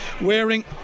wearing